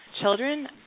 children